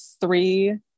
three